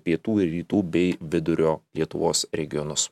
pietų ir rytų bei vidurio lietuvos regionus